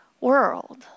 world